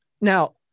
now